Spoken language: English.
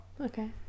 Okay